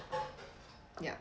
ya